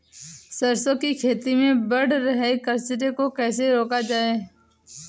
सरसों की खेती में बढ़ रहे कचरे को कैसे रोका जाए?